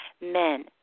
Men